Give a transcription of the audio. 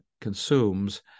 consumes